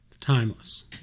timeless